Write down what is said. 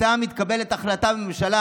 כשהייתה מתקבלת החלטה בממשלה,